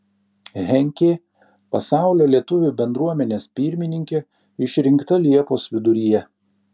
henkė pasaulio lietuvių bendruomenės pirmininke išrinkta liepos viduryje